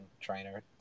trainer